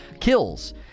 kills